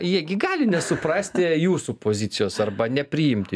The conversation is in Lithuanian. jie gi gali nesuprasti jūsų pozicijos arba nepriimti